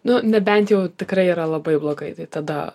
nu nebent jau tikrai yra labai blogai tai tada